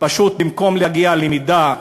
פשוט במקום להגיע למידע,